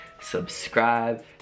subscribe